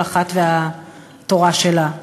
כל אחת והתורה שלה.